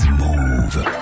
Move